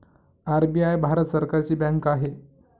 RBI Bharat सरकारची bank आहे